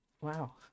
wow